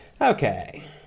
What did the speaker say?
Okay